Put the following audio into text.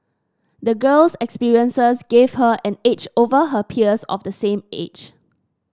the girl's experiences gave her an edge over her peers of the same age